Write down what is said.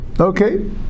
Okay